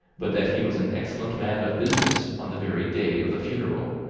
but that he was an excellent man of business on the very day of the funeral,